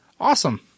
awesome